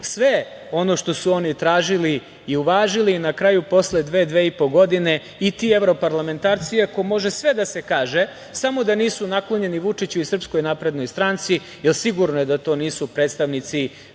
sve ono što su oni tražili i uvažili i na kraju, posle dve, dve i po godine i ti evroparlamentarci, iako može sve da se kaže, samo da nisu naklonjeni Vučiću i SNS, jer sigurno je da to nisu predstavnici